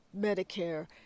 Medicare